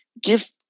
give